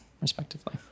respectively